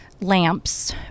lamps